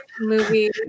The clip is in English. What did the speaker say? movie